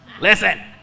Listen